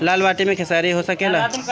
लाल माटी मे खेसारी हो सकेला?